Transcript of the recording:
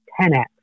10x